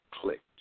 clicked